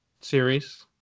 series